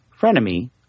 Frenemy